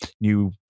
new